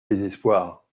désespoir